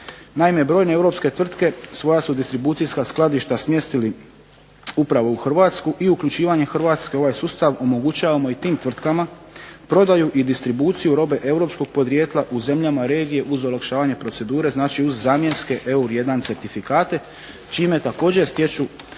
Naime, brojne europske tvrtke svoja su distribucijska skladišta smjestili upravo u Hrvatsku i uključivanje Hrvatske u ovaj sustav omogućavamo i tim tvrtkama prodaju i distribuciju robe europskog podrijetla u zemljama regije uz olakšavanje procedure. Znači uz zamjenske EUR1 certifikate čime također stječu